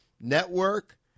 Network